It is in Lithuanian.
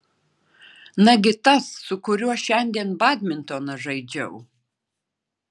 nagi tas su kuriuo šiandien badmintoną žaidžiau